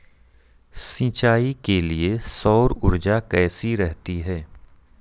सिंचाई के लिए सौर ऊर्जा कैसी रहती है?